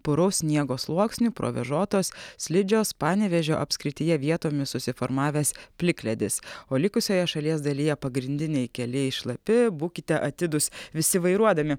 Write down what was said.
puraus sniego sluoksniu provėžotos slidžios panevėžio apskrityje vietomis susiformavęs plikledis o likusioje šalies dalyje pagrindiniai keliai šlapi būkite atidūs visi vairuodami